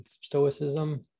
Stoicism